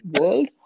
world